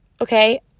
Okay